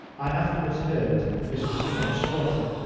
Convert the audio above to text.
i afterwards heard this was a french squadron,